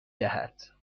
دهد